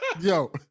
Yo